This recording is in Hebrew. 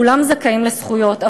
כולם זכאים לזכויות,